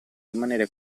rimanere